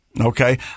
Okay